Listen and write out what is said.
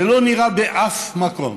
זה לא נראה באף מקום.